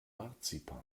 marzipan